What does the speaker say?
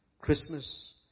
Christmas